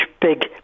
big